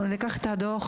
אנחנו ננתח את הדוח